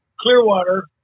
Clearwater